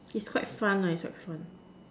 is quite fun ah is quite fun